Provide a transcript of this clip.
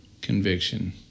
conviction